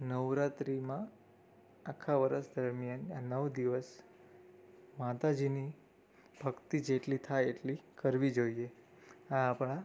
નવરાત્રિમાં આખા વરસ દરમ્યાન આ નવ દિવસ માતાજીની ભક્તિ જેટલી થાય એટલી કરવી જોઈએ આ આપણા